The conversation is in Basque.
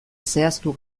zehaztu